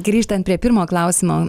grįžtant prie pirmo klausimo